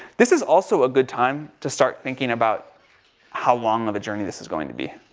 this is also a good time to start thinking about how long of a journey this is going to be.